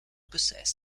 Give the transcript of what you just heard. possess